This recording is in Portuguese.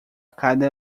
cada